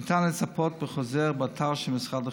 ניתן לצפות בחוזר באתר של משרד החינוך.